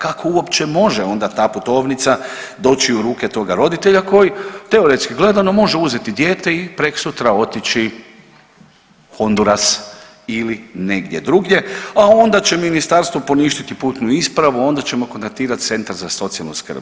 Kako uopće može onda ta putovnica doći u ruke toga roditelja koji teoretski gledano može uzeti dijete i preksutra otići u Honduras ili negdje drugdje, a onda će ministarstvo poništiti putnu ispravu onda ćemo kontaktirat centar za socijalnu skrb.